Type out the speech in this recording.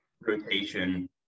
rotation